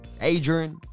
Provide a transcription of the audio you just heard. Adrian